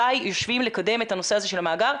מתי יושבים לקדם את הנושא הזה של המאגר.